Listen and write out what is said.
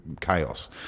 chaos